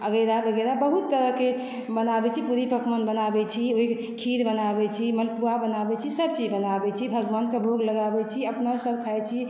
वगैरह वगैरह बहुत तरहके बनाबैत छी पूड़ी पकवान बनाबैत छी खीर बनाबैत छी मालपुआ बनाबैत छी सभचीज बनाबैत छी भगवानके भोग लगाबैत छी अपनोसभ खाइत छी